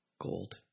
gold